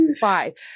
Five